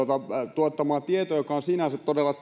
tuottamaa tietoa joka on sinänsä todella